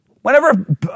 Whenever